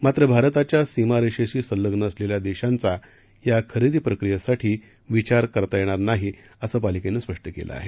मात्र भारताच्या सीमारेषेशी संलग्न सलेल्या देशांचा या खरेदी प्रक्रियेसाठी विचार करता येणार नाही ासं पालिकेनं स्पष्ट केलं आहे